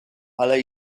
ale